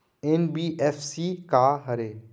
NBFC का हरे?